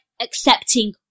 accepting